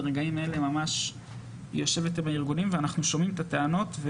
ברגעים אלה ממש היא יושבת עם הארגונים ואנחנו שומעים את הטענות.